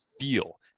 feel